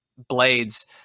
blades